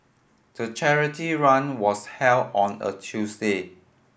the charity run was held on a Tuesday